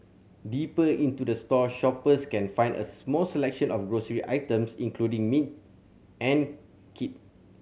deeper into the store shoppers can find a small selection of grocery items including meat and kit